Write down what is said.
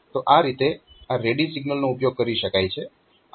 તો આ રીતે આ રેડી સિગ્નલનો ઉપયોગ કરી શકાય છે